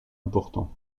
importants